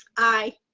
aye.